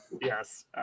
Yes